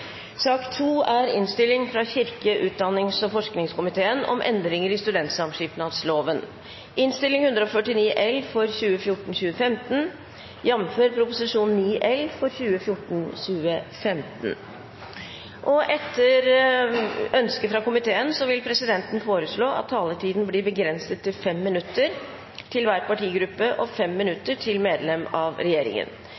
sak nr. 2. Etter ønske fra kirke-, utdannings- og forskningskomiteen vil presidenten foreslå at taletiden blir begrenset til 5 minutter til hver partigruppe og 5 minutter til medlem av regjeringen.